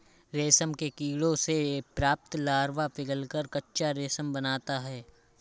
रेशम के कीड़ों से प्राप्त लार्वा पिघलकर कच्चा रेशम बनाता है